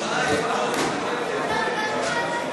נא לשבת.